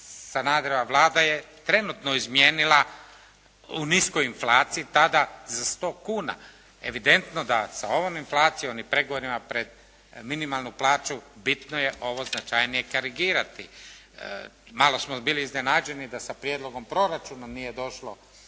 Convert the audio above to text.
Sanaderova Vlada je trenutno izmijenila u niskoj inflaciji tada za 100 kuna. Evidentno da sa ovom inflacijom i pregovorima pred minimalnu plaću bitno je ovo značajnije korigirati. Malo smo bili iznenađeni da sa prijedlogom proračuna nije došlo